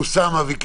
אוסאמה, בבקשה.